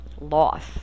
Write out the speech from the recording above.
loss